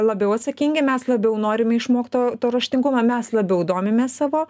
labiau atsakingi mes labiau norime išmokt to to raštingumo mes labiau domimės savo